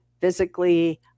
physically